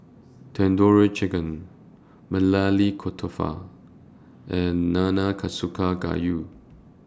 Tandoori Chicken Maili Kofta and Nanakusa Gayu